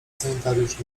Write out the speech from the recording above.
sanitariusz